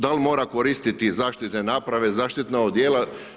Da li mora koristiti zaštitne naprave, zaštitna odijela?